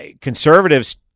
conservatives